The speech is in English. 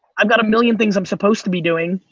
i've got a million things i'm supposed to be doing,